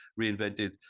reinvented